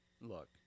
look